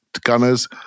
Gunners